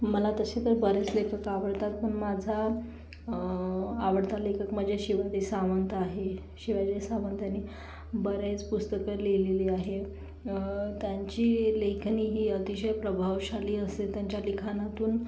मला तसे तर बरेच लेखक आवडतात पण माझा आवडता लेखक म्हणजे शिवाजी सावंत आहे शिवाजी सावंत यांनी बरेच पुस्तकं लिहिलेली आहे त्यांची एक लेखणी ही अतिशय प्रभावशाली असे त्यांच्या लिखाणातून